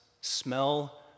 Smell